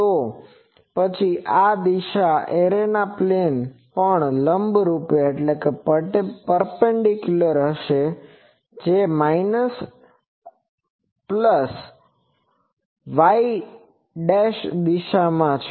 તો પછી આ દિશા એરેના પ્લેન પર લંબરૂપ હશે જે y દિશામાં છે